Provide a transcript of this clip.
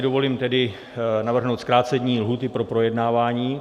Dovolím si tedy navrhnout zkrácení lhůty pro projednávání.